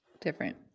different